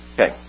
Okay